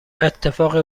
اتفاق